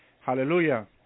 hallelujah